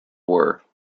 were